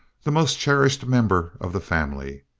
the most cherished member of the family.